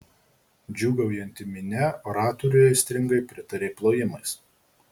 džiūgaujanti minia oratoriui aistringai pritarė plojimais